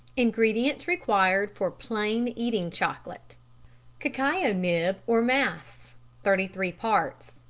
ingredients required for plain eating-chocolate. cacao nib or mass thirty three parts.